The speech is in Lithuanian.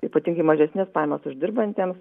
ypatingai mažesnes pajamas uždirbantiems